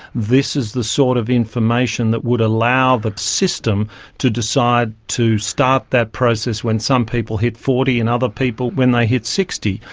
this is the sort of information that would allow the system to decide to start that process when some people hit forty and other people when they hit sixty.